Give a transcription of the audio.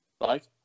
right